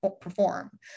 perform